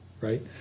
right